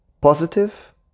positive